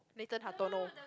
Nathan-Hartono